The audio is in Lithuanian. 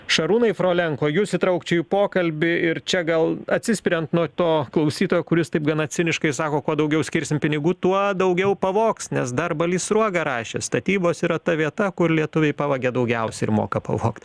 šarūnai frolenko jus įtraukčiau į pokalbį ir čia gal atsispiriant nuo to klausytojo kuris taip gana ciniškai sako kuo daugiau skirsim pinigų tuo daugiau pavogs nes dar balys sruoga rašė statybos yra ta vieta kur lietuviai pavagia daugiausiai ir moka pavogt